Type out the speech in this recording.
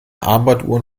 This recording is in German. armbanduhr